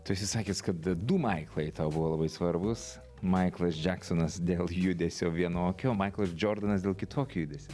tu esi sakęs kad du maiklai tau buvo labai svarbūs maiklas džeksonas dėl judesio vienokio maiklas džordanas dėl kitokio judesio